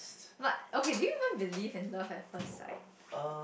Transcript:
but okay do you even believe in love at first sight